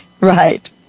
Right